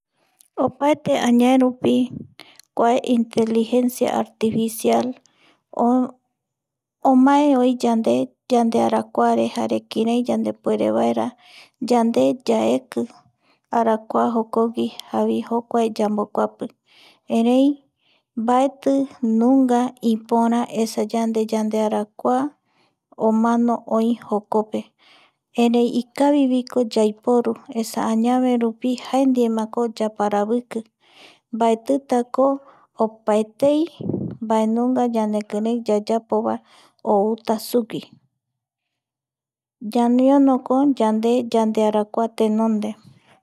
Opaete añae rupi kuae inteligencia artificial omae oi yande arakuare jare kirai yandepuere vaera yande yaeki arakua jokogui javoi jokuae yamboguapi, erei mbaeti nunga ,ipöra esa yande yandearakua omano oï jokope erei ikaviviko yaiporu esa añave rupi jae ndiemako yaparaviki mbaetitako opaetei mbae nunga ñanekirei yayapo va outa sugui ñañonoko yande yandearakua tenonde